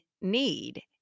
need